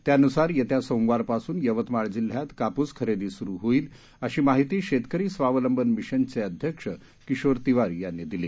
त्यानुसार येत्या सोमवारपासून यवतमाळ जिल्ह्यात कापूस खरेदी सुरु होईल अशी माहिती शेतकरी स्वावलंबन मिशनचे अध्यक्ष किशोर तिवारी यांनी दिली